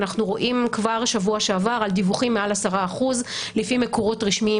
ראינו כבר בשבוע שעבר דיווחים מעל 10%. לפי מקורות רשמיים